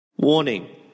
Warning